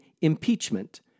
Impeachment